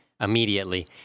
immediately